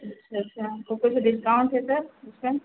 अच्छा अच्छा तो कुछ डिस्काउंट है सर उसका